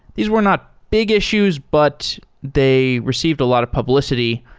these were not big issues, but they received a lot of publicity,